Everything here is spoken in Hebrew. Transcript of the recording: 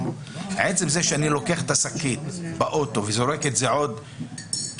עצם זה שאני לוקח את השקית באוטו וזורק אותה עוד קילומטר,